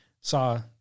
saw